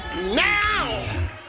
Now